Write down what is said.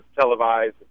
televised